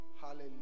Hallelujah